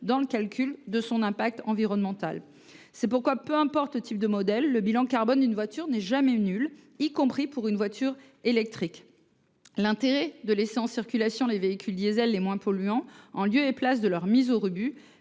dans le calcul de son impact environnemental. Peu importe le type de modèle, le bilan carbone d’une voiture n’est jamais nul, y compris pour une voiture électrique. Laisser en circulation les véhicules diesel les moins polluants au lieu de les mettre au rebut